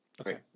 Okay